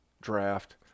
draft